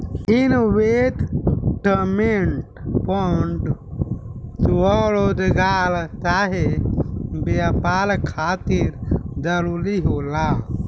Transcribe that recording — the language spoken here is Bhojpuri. इन्वेस्टमेंट फंड स्वरोजगार चाहे व्यापार खातिर जरूरी होला